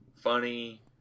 funny